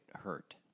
hurt